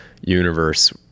universe